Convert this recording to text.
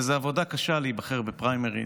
וזו עבודה קשה להיבחר בפריימריז,